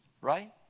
right